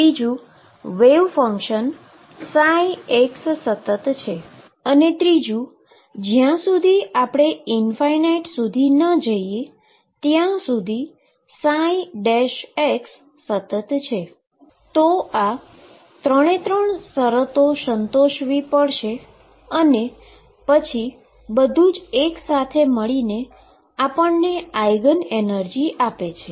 બીજુ wave function x સતત છે અને ત્રીજુ જ્યાં સુધી આપણે ના જઈએ ત્યાં સુધી સતત છે તો ત્રણેય શરતો સંતોષવી પડશે અને પછી બધુ જ એક સાથે મળી ને આપણને આઈગન એનર્જી આપે છે